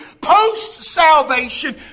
post-salvation